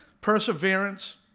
perseverance